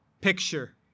picture